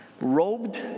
robed